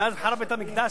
מאז חרב בית-המקדש,